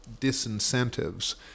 disincentives